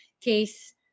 case